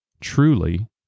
Truly